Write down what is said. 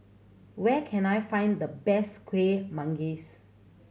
where can I find the best Kuih Manggis